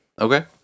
Okay